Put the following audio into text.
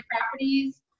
properties